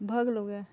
भऽ गेलो गै